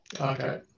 Okay